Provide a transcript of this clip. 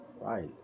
Right